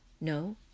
No